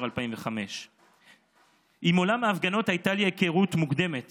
2005. עם עולם ההפגנות הייתה לי היכרות מוקדמת